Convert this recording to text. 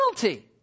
penalty